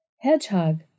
Hedgehog